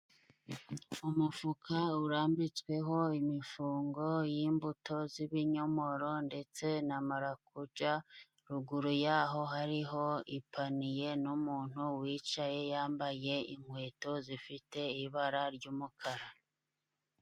Umufuka urambitsweho imifungo y'imbuto, z'ibinyomoro ndetse na marakuja, ruguru yaho hariho ipaniye n'umuntu wicaye yambaye inkweto zifite ibara ry'umukara.